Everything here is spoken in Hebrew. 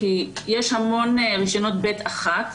כי יש המון רישיונות ב1,